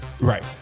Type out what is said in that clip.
Right